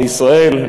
לישראל,